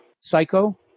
Psycho